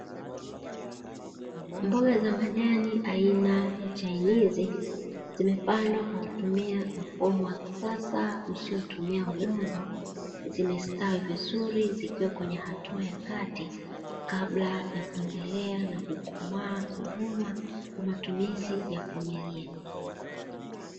Mboga za majani ina ya chainizi zimepandwa kwa kutumia mfumo wa kisasa usiotumia udongo, zimestawi vizuri zikiwa kwenye hatua ya kati kabla ya kuendelea na kukomaa, kuvunwa kwa mtumizi ya familia.